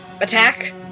Attack